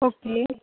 okay